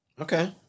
Okay